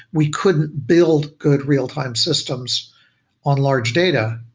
we couldn't build good real-time systems on large data.